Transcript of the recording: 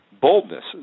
boldness